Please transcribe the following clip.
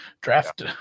draft